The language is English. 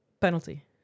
Penalty